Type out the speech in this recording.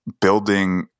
building